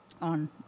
on